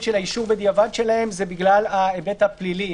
של האישור בדיעבד שלהן זה בגלל ההיבט הפלילי,